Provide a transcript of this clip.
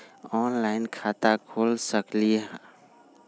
Online खाता खोल सकलीह?